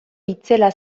itzela